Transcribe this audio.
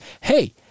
hey